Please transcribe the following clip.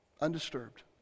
undisturbed